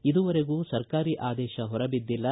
ಇದುವರೆಗೂ ಸರ್ಕಾರಿ ಆದೇಶ ಹೊರಬಿದ್ದಿಲ್ಲ